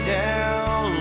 down